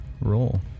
roll